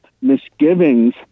misgivings